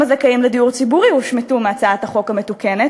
גם הזכאים לדיור הציבורי הושמטו מהצעת החוק המתוקנת,